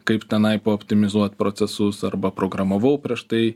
kaip kaip tenai paoptimizuot procesus arba programavau prieš tai